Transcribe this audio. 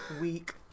Week